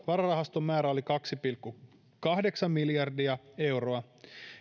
vararahaston määrä oli kaksi pilkku kahdeksan miljardia euroa